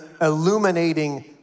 illuminating